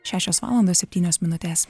šešios valandos septynios minutės